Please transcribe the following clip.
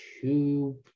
two